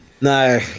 No